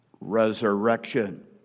resurrection